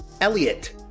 Elliot